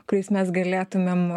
kuriais mes galėtumėm